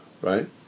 right